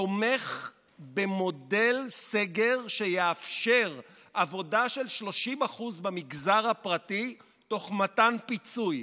תומך במודל סגר שיאפשר עבודה של 30% במגזר הפרטי תוך מתן פיצוי,